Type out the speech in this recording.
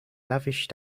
lavish